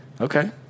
Okay